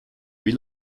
wie